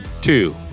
Two